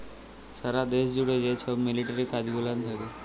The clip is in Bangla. সারা দ্যাশ জ্যুড়ে যে ছব মিলিটারি কাজ গুলান থ্যাকে